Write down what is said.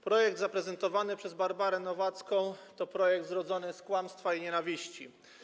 Projekt zaprezentowany przez Barbarę Nowacką to projekt zrodzony z kłamstwa i nienawiści.